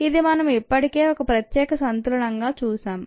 ఇది మనం ఇప్పటికే ఒక ప్రత్యేక సంతులనం గా చూశాం